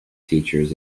teachers